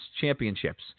championships